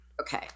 Okay